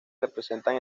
representan